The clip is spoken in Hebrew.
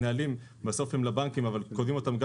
הנהלים בסוף הם לבנקים אבל קוראים אותם גם